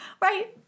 right